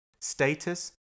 status